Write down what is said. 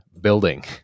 building